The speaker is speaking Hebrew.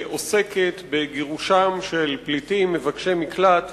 שעוסקת בגירושם של פליטים מבקשי מקלט